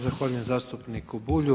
Zahvaljujem zastupniku Bulju.